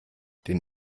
den